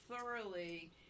thoroughly